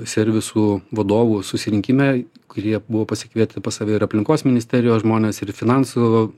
servisų vadovų susirinkime kurie buvo pasikvietę pas save ir aplinkos ministerijos žmones ir finansų